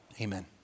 Amen